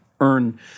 earn